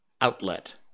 outlet